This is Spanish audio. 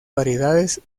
variedades